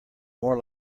more